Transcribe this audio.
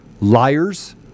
liars